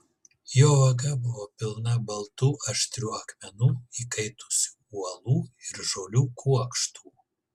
jo vaga buvo pilna baltų aštrių akmenų įkaitusių uolų ir žolių kuokštų